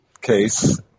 case